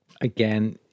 again